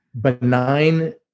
benign